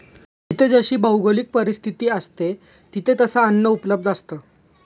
जिथे जशी भौगोलिक परिस्थिती असते, तिथे तसे अन्न उपलब्ध असतं